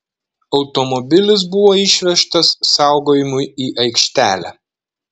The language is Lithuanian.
automobilis buvo išvežtas saugojimui į aikštelę